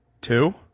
Two